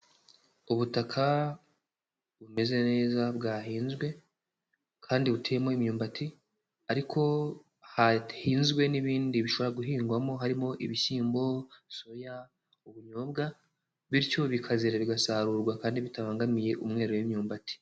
Ubutaka bumeze neza bwahinzwe kandi butuyemo imyumbati ariko hahinzwe n'ibindi bishobora guhingwamo, harimo ibishyimbo, soya, ubunyobwa bityo bikazera bigasarurwa kandi bitabangamiye umwero w'imyumbati.